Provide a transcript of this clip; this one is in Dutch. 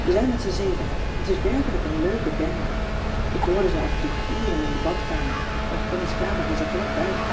we zijn met z'n zevenen en cissy van marxveldt de h b s tijd van joop ter heul t is werkelijk een leuke bende ik hoorde ze af en toe gieren in de badkamer want connies kamer is er vlak bij